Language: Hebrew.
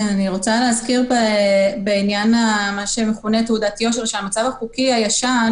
אני רוצה להזכיר בעניין מה שמכונה "תעודת יושר" שהמצב החוקי הישן